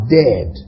dead